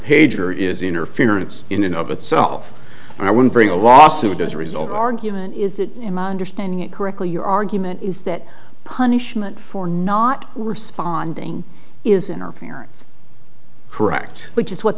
pager is interference in and of itself i wouldn't bring a lawsuit as a result argument is that in my understanding it correctly your argument is that punishment for not responding is interference correct which is what